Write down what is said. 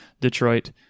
Detroit